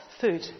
food